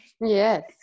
Yes